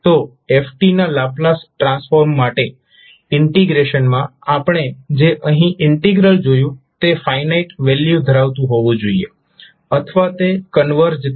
તો f ના Laplace transform માટે ઇન્ટિગ્રેશનમાં આપણે જે અહીં ઇન્ટિગ્રલ જોયું તે ફાઇનાઇટ વેલ્યુ ધરાવતું હોવું જોઈએ અથવા તે કન્વર્જ થશે